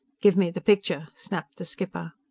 give me the picture! snapped the skipper.